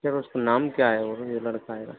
sir उसका नाम क्या है लड़का आयेगा